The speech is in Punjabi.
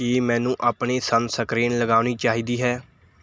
ਕੀ ਮੈਨੂੰ ਆਪਣੀ ਸਨਸਕ੍ਰੀਨ ਲਗਾਉਣੀ ਚਾਹੀਦੀ ਹੈ